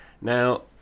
Now